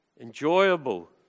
enjoyable